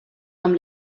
amb